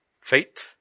Faith